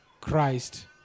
Christ